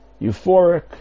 euphoric